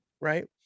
right